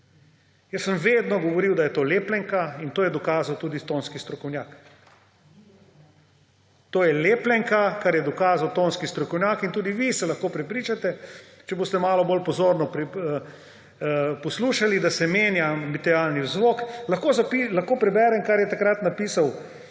Jaz sem vedno govoril, da je to lepljenka, in to je dokazal tudi tonski strokovnjak. To je lepljenka, kar je dokazal tonski strokovnjak, in tudi vi se lahko prepričate, če boste malo bolj pozorno poslušali, da se menja ambientalni zvok. Lahko preberem, kar je takrat napisal